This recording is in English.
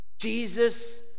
Jesus